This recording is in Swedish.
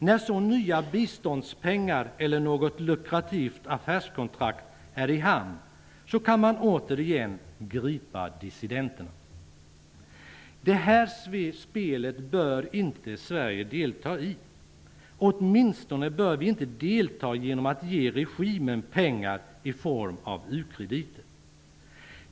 När sedan nya biståndspengar eller något lukrativt affärskontrakt är i hamn kan man återigen gripa dissidenterna. Sverige bör inte delta i det här spelet. Vi bör åtminstone inte delta genom att ge regimen pengar i form av u-krediter.